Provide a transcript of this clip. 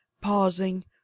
pausing